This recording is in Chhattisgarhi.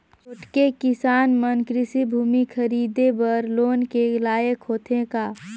छोटके किसान मन कृषि भूमि खरीदे बर लोन के लायक होथे का?